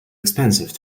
expensive